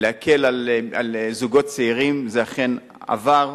להקל על זוגות צעירים, וזה אכן עבר.